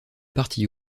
partie